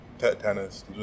tennis